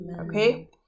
okay